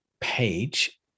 page